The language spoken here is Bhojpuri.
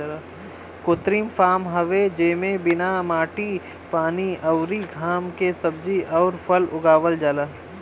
कृत्रिम फॉर्म हवे जेमे बिना माटी पानी अउरी घाम के सब्जी अउर फल उगावल जाला